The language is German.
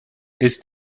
ist